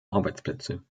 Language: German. arbeitsplätze